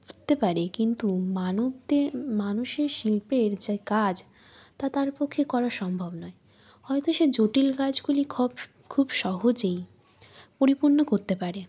করতে পারে কিন্তু মানবদের মানুষের শিল্পের যে কাজ তা তার পক্ষে করা সম্ভব নয় হয়তো সে জটিল কাজগুলি খব খুব সহজেই পরিপূর্ণ করতে পারে